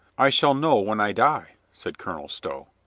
i shall know when i die, said colonel stow.